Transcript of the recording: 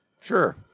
Sure